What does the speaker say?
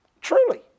Truly